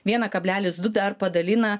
vieną kablelis du dar padalina